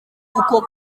uko